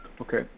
Okay